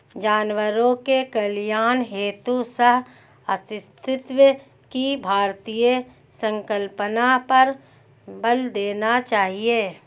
जानवरों के कल्याण हेतु सहअस्तित्व की भारतीय संकल्पना पर बल देना चाहिए